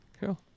Cool